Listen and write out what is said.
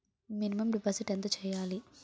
Minimum deposit ఎంత చెయ్యాలి?